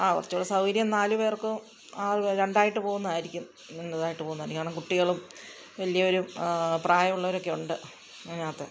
അ കുറച്ചുകൂടെ സൗകര്യം നാലു പേർക്ക് ആവു രണ്ടായിട്ട് പോകുന്നതായിരിക്കും ഇന്നതായിട്ട് പോവുന്നെ അല്ലെങ്കിയാണെ കുട്ടികളും വലിയവരും പ്രായമുള്ളവരൊക്കെയുണ്ട് ഇതിനകത്ത്